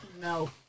no